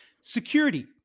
Security